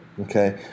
okay